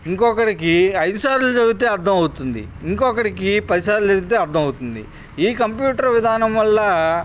ఇంకొకడికి ఐదు సార్లు చదివితే అర్థమవుతుంది ఇంకొకడికి పది సార్లు చదివితే అర్థమవుతుంది ఈ కంప్యూటర్ విధానం వల్ల